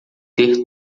ter